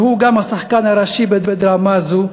שהוא גם השחקן הראשי בדרמה הזאת,